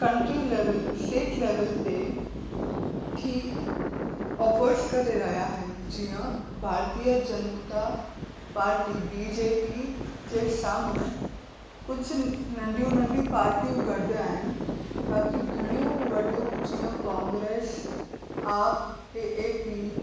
country level state level ते थी oppose करे रहिया आहिनि जीअं भारतीय जनता पाटी बीजेपी जे साम्हूं कुझु नंढ़ियूं नंढ़ियूं पाटियूं गॾु आहिनि बाक़ी घणियूं वॾियूं जीअं Congress AAP A A P